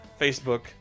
Facebook